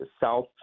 South